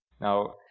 Now